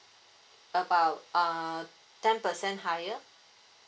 about err ten percent higher